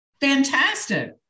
Fantastic